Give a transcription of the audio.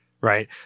Right